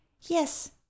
yes